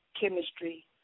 chemistry